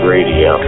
Radio